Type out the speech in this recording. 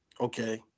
okay